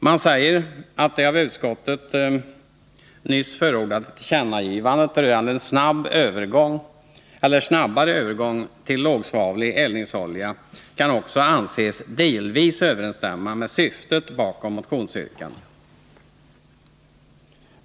Man säger att det av utskottet nyss förordade tillkännagivandet rörande en snabbare övergång till lågsvavlig eldningsolja också delvis kan anses överensstämma med syftet bakom motionsyrkandet.